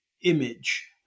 image